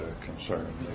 concern